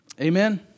Amen